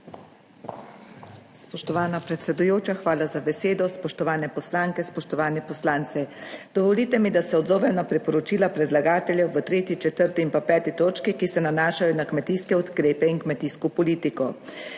hvala za besedo.